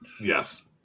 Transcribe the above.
Yes